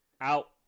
Out